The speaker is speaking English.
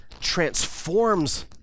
transforms